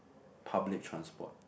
public transport